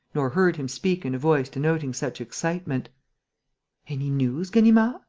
nor heard him speak in a voice denoting such excitement any news, ganimard?